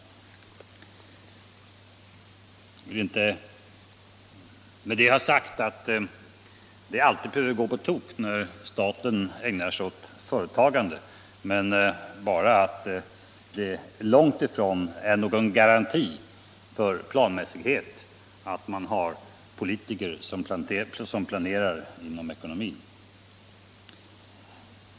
Jag vill inte med det ha sagt att det alltid behöver gå på tok när staten ägnar sig åt företagande, utan bara att det långt ifrån är någon garanti för planmässighet att ha politiker som planerare inom ekonomin.